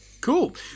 Cool